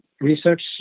research